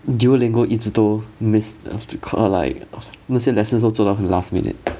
duolingo 一直都 miss 那些课 like 那些 lessons 都很做到 last minute